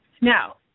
Now